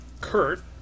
Kurt